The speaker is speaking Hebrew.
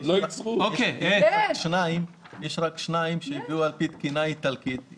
יש רק שניים שהביאו על פי תקינה איטלקית.